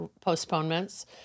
postponements